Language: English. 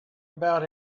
about